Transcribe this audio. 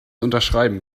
unterschreiben